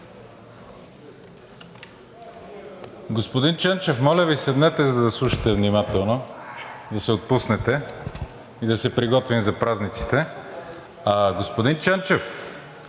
Господин Ченчев, моля Ви, седнете, за да слушате внимателно, да се отпуснете и да се приготвим за празниците. Господин Ченчев,